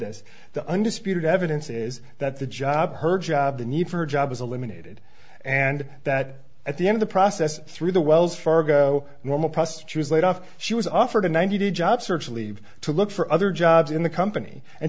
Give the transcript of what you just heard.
this the undisputed evidence is that the job her job the need for jobs eliminated and that at the end the process through the wells fargo normal process she was laid off she was offered a ninety day job search leave to look for other jobs in the company and